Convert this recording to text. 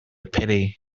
pity